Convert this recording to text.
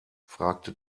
fragte